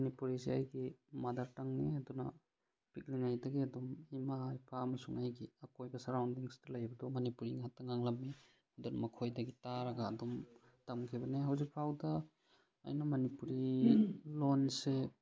ꯃꯅꯤꯄꯨꯔꯤꯁꯤ ꯑꯩꯒꯤ ꯃꯥꯗꯔ ꯇꯪꯅꯤ ꯑꯗꯨꯅ ꯄꯤꯛꯂꯤꯉꯩꯗꯒꯤ ꯑꯗꯨꯝ ꯏꯃꯥ ꯏꯄꯥ ꯑꯃꯁꯨꯡ ꯑꯩꯒꯤ ꯑꯀꯣꯏꯕ ꯁꯔꯥꯎꯟꯗꯤꯡ ꯂꯩꯕꯗꯣ ꯃꯅꯤꯄꯨꯔꯤ ꯉꯥꯛꯇ ꯉꯥꯡꯂꯝꯃꯤ ꯑꯗꯨꯅ ꯃꯈꯣꯏꯗꯒꯤ ꯇꯥꯔꯒ ꯑꯗꯨꯝ ꯇꯝꯈꯤꯕꯅꯤ ꯍꯧꯖꯤꯛ ꯐꯥꯎꯗ ꯑꯩꯅ ꯃꯅꯤꯄꯨꯔꯤ ꯂꯣꯟꯁꯦ